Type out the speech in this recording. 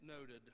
noted